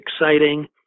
exciting